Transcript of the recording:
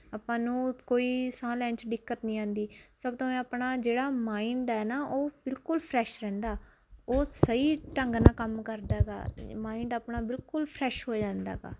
ਆਪਾਂ ਨੂੰ ਕੋਈ ਸਾਹ ਲੈਣ 'ਚ ਦਿੱਕਤ ਨਹੀਂ ਆਉਂਦੀ ਸਭ ਤੋਂ ਐਂ ਆਪਣਾ ਜਿਹੜਾ ਮਾਇੰਡ ਹੈ ਨਾ ਉਹ ਬਿਲਕੁਲ ਫਰੈਸ਼ ਰਹਿੰਦਾ ਉਹ ਸਹੀ ਢੰਗ ਨਾਲ ਕੰਮ ਕਰਦਾ ਹੈਗਾ ਮਾਇੰਡ ਆਪਣਾ ਬਿਲਕੁਲ ਫਰੈਸ਼ ਹੋ ਜਾਂਦਾ ਗਾ